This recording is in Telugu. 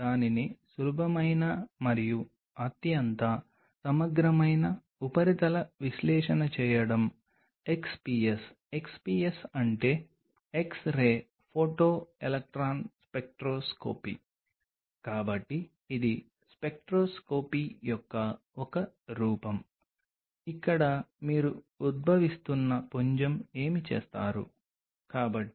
మీరు గత వారంలో గుర్తుచేసుకుంటే మేము ఎక్స్ట్రాసెల్యులర్ మ్యాట్రిక్స్ పాత్ర గురించి చర్చిస్తున్నప్పుడు మేము ఎలాంటి అభివృద్ధి అంశాలు మరియు ఎక్స్ట్రాసెల్యులర్ మ్యాట్రిక్స్ సబ్స్ట్రేట్లోని కణాలను ఎంకరేజ్ చేసే విధానం గురించి మాట్లాడాము